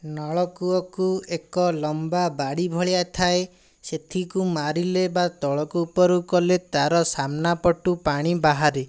ନଳକୂଅକୁ ଏକ ଲମ୍ବା ବାଡ଼ି ଭଳିଆ ଥାଏ ସେଥିକୁ ମାରିଲେ ବା ତଳକୁ ଉପରକୁ କଲେ ତା'ର ସାମ୍ନା ପଟୁ ପାଣି ବାହାରେ